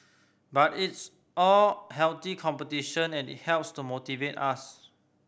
but it's all healthy competition and it helps to motivate us